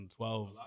2012